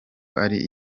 ari